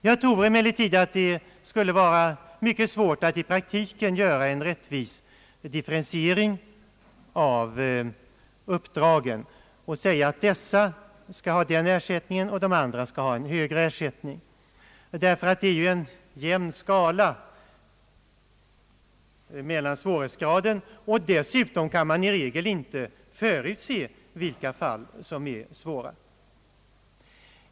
Jag tror emellertid att det skulle vara mycket svårt att i praktiken göra en rättvis differentiering av uppdragen och säga att dessa skall ha den här ersättningen och de andra skall ha hög re ersättning, ty svårighetsgraden följer ju en jämn skala. Dessutom kan man i regel inte förutse vilka fall som är svåra.